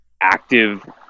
active